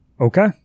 okay